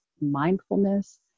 mindfulness